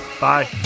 Bye